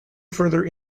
further